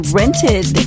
rented